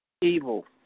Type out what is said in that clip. evil